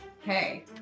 Hey